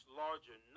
larger